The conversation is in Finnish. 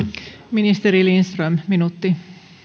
ministeri lindström minuutti